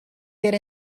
get